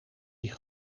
die